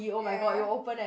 ya